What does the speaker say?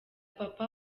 papa